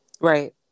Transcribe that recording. Right